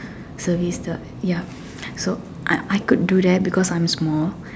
service the ya so I I could do that because I'm small